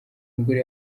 mugore